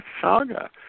saga